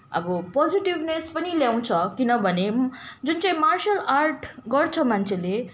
अब पोजिटिभनेस पनि ल्याउँछ किनभने जुन चाहिँ मार्सल आर्ट गर्छ मान्छेले